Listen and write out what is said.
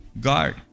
God